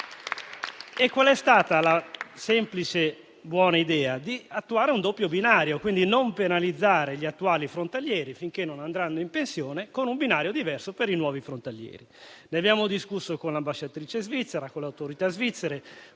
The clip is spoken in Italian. e buona è stata quella di attuare un doppio binario, quindi di non penalizzare gli attuali frontalieri finché non andranno in pensione, con un binario diverso per i nuovi. Ne abbiamo discusso con l'ambasciatrice svizzera e con le autorità svizzere,